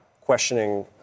questioning